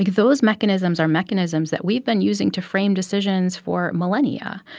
those mechanisms are mechanisms that we've been using to frame decisions for millennia,